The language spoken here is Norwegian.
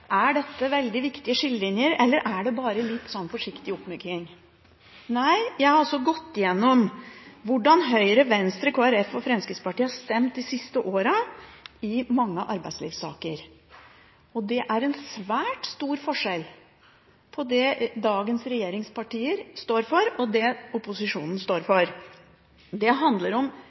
Er dette veldig viktige skillelinjer, eller er det bare litt sånn forsiktig oppmyking? Jeg har gått igjennom hvordan Høyre, Venstre, Kristelig Folkeparti og Fremskrittspartiet har stemt de siste åra i mange arbeidslivssaker. Det er en svært stor forskjell på det dagens regjeringspartier står for, og det opposisjonen står for. Det handler om